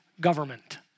government